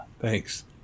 Thanks